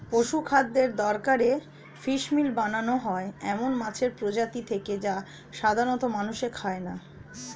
পশুখাদ্যের দরকারে ফিসমিল বানানো হয় এমন মাছের প্রজাতি থেকে যা সাধারনত মানুষে খায় না